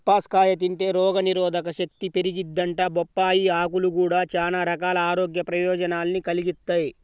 బొప్పాస్కాయ తింటే రోగనిరోధకశక్తి పెరిగిద్దంట, బొప్పాయ్ ఆకులు గూడా చానా రకాల ఆరోగ్య ప్రయోజనాల్ని కలిగిత్తయ్